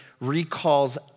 recalls